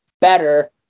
better